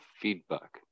feedback